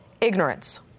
ignorance